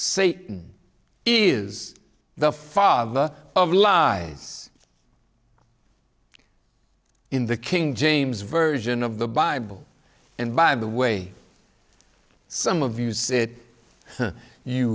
it is the father of lies in the king james version of the bible and by the way some of you said you